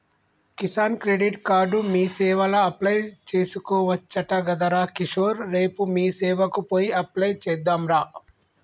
Kisan credit card మీసేవల apply చేసుకోవచ్చట గదరా కిషోర్ రేపు మీసేవకు పోయి అప్లై చెద్దాంరా